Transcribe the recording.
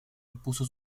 impuso